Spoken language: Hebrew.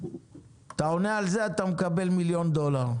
אתה עונה על זה, אתה מקבל מיליון דולר.